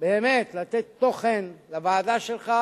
באמת לתת תוכן לוועדה שלך,